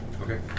Okay